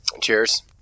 Cheers